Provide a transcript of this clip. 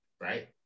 right